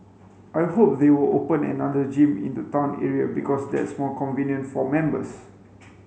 I hope they will open another gym in the town area because that's more convenient for members